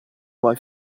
vuoi